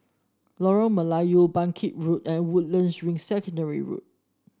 Lorong Melayu Bangkit Road and Woodlands Ring Secondary Road